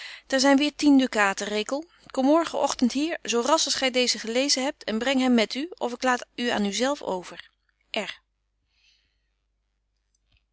daar zyn weer tien ducaten rekel kom morgen ogtend hier zo rasch als gy deezen gelezen hebt en breng hem met u of ik laat u aan u zelf over